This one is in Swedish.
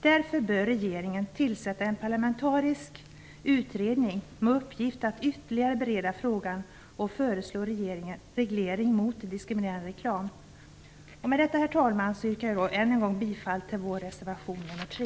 Därför bör regeringen tillsätta en parlamentarisk utredning med uppgift att ytterligare bereda frågan och föreslå reglering mot diskriminerande reklam. Herr talman! Med det anförda yrkar jag än en gång bifall till reservation 3.